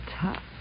tough